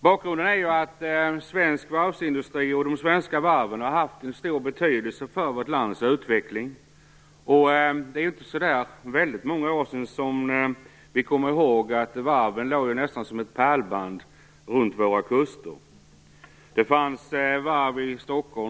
Bakgrunden är att svensk varvsindustri och de svenska varven har haft en stor betydelse för vårt lands utveckling. Det är ju inte så väldigt många år sedan som varven låg nästan som ett pärlband runt våra kuster. Det fanns Finnboda varv i Stockholm.